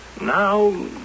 now